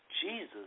Jesus